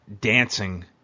dancing